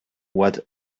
what